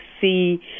see